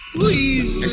Please